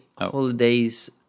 holidays